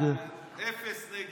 עשרה חברי כנסת בעד, אפס נגד.